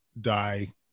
die